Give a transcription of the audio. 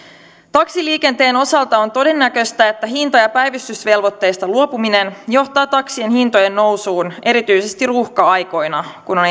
taksiliikenteen osalta on todennäköistä että hinta ja päivystysvelvoitteista luopuminen johtaa taksien hintojen nousuun erityisesti ruuhka aikoina kun on